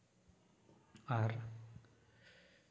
ᱟᱨ